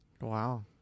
Wow